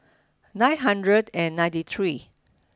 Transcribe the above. nine hundred and ninety three